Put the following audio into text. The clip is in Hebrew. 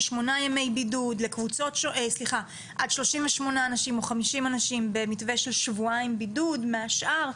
של עד 38 אנשים או 50 אנשים במתווה של שבועיים בידוד מהשאר,